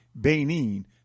Benin